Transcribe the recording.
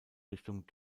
richtung